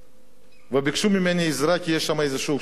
וביקשו ממני עזרה, כי יש שם איזה קשרים שנשארו.